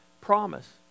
promise